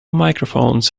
microphones